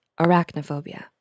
arachnophobia